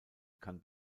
kann